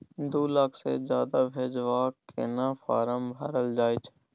दू लाख से ज्यादा भेजबाक केना फारम भरल जाए छै?